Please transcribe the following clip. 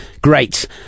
Great